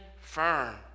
firm